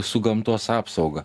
su gamtos apsauga